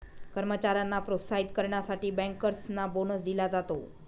कर्मचाऱ्यांना प्रोत्साहित करण्यासाठी बँकर्सना बोनस दिला जातो